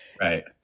Right